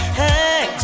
hey